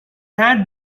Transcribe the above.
had